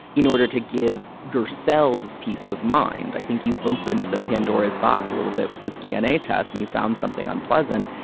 in order to give yourselves peace of mind, i think you opened the pandora's box a little bit with this dna tests and you found something unpleasant.